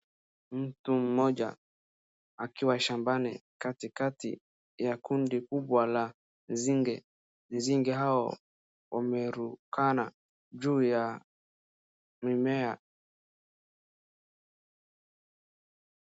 Mtu mmoja, akiwa shambani, katikati ya kundi kubwa la nzige . Nzige hao wamerukana juu ya mimea.